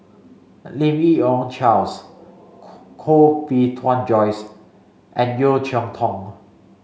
Lim Yi Yong Charles Koh Bee Tuan Joyce and Yeo Cheow Tong